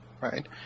right